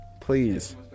please